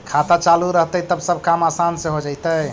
खाता चालु रहतैय तब सब काम आसान से हो जैतैय?